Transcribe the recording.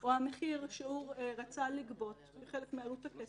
או המחיר שהוא רצה לגבות כחלק מעלות הכסף,